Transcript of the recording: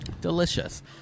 Delicious